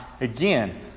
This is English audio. again